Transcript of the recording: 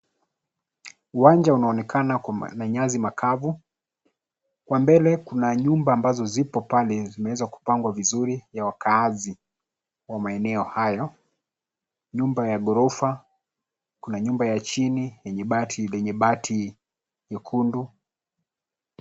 Uwanja unaonekana kwa ma na nyazi makavu. Kwa mbele kuna nyumba ambazo zipo pale, zimeweza kupangwa vizuri ya wakaazi wa maeneo hayo, nyumba ya gorofa, kuna nyumba ya chini, yenye bati lenye bati nyekundu,